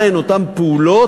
מה הן אותן פעולות